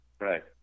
Right